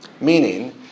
Meaning